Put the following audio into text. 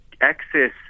access